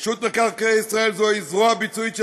רשות מקרקעי ישראל היא זרוע ביצועית של